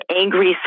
angry